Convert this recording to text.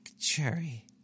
cherry